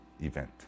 event